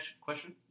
question